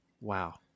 Wow